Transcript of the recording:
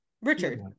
Richard